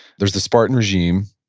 there's the spartan regime,